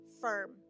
firm